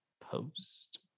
Post